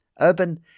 Urban